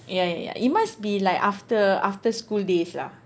yeah yeah yeah it must be like after after school days lah